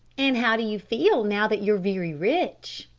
and how do you feel now that you're very rich?